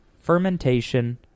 Fermentation